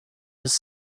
his